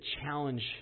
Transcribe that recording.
challenge